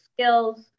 skills